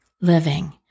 Living